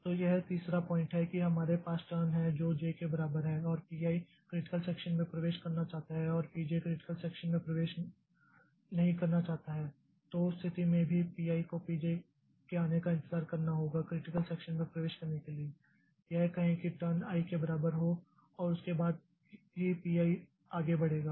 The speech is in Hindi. तो यह तीसरा पॉइंट है कि हमारे पास टर्न है जो j के बराबर है और P i क्रिटिकल सेक्षन में प्रवेश करना चाहता है और P j क्रिटिकल सेक्षन में प्रवेश नहीं करना चाहता है तो उस स्थिति में भी P i को P j के आने का इंतजार करना होगा क्रिटिकल सेक्षन में प्रवेश करने के लिए यह कहें कि टर्न i के बराबर हो और उसके बाद ही P i आगे बढ़ेगा